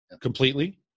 completely